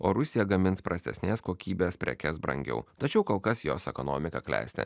o rusija gamins prastesnės kokybės prekes brangiau tačiau kol kas jos ekonomika klesti